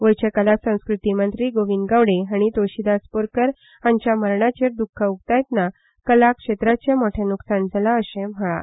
गोयचे कला संस्कृती मंत्री गोविंद गावडे हाणी तुळशीदास बोरकार हांच्या मरणाचेर द्ःख उक्तायताना कला क्षेत्राचे मोठे ल्कसाण जाला अशें म्हळां